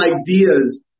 ideas